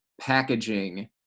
packaging